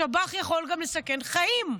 השב"ח יכול גם לסכן חיים.